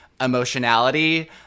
emotionality